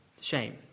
shame